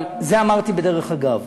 אבל את זה אמרתי בדרך אגב.